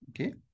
okay